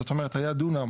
זאת אומרת היה דונם,